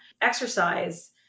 exercise